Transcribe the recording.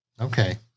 Okay